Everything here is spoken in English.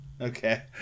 Okay